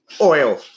oil